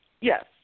Yes